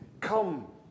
Come